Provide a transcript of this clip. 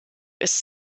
ist